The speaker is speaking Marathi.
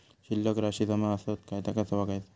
शिल्लक राशी जमा आसत काय ता कसा बगायचा?